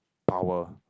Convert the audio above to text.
power